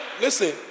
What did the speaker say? listen